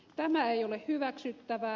tämä ei ole hyväksyttävää